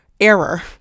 error